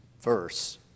verse